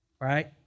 Right